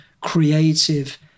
creative